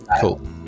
cool